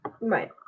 Right